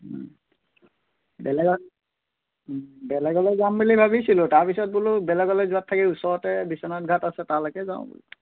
বেলেগ বেলেগলৈ যাম বুলি ভাবিছিলোঁ তাৰপিছত বোলো বেলেগলৈ যোৱাত থাকি ওচৰতে বিশ্বনাথ ঘাট আছে তালৈকে যাওঁ বোলো